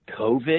COVID